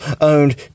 owned